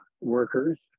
workers